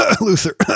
Luther